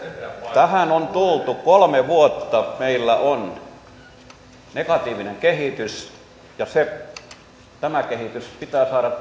tähän on tultu kolme vuotta meillä on negatiivinen kehitys ja tämä kehitys pitää saada